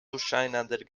durcheinander